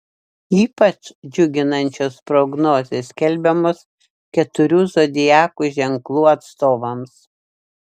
ypač džiuginančios prognozės skelbiamos keturių zodiako ženklų atstovams